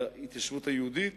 ההתיישבות היהודית